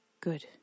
Good